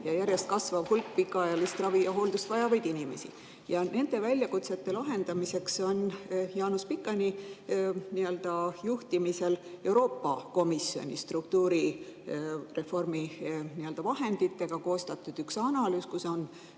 ja järjest kasvav hulk pikaajalist ravi ja hooldust vajavaid inimesi. Nende väljakutsete lahendamiseks on Jaanus Pikani juhtimisel Euroopa Komisjoni struktuurireformi vahenditega koostatud üks analüüs, kus on